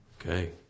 Okay